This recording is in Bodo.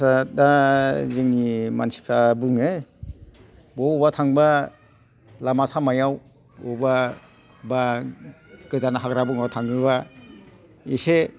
आतसा दा जोंनि मानसिफ्रा बुङो बबेयावबा थांब्ला लामा सामायाव बबाेयावबा एबा गोदान हाग्रा बंग्रायाव थाङोबा एसे